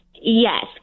Yes